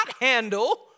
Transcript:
handle